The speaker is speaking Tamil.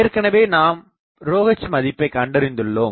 ஏற்கனவே நாம் ρh மதிப்பை கண்டறிந்துள்ளோம்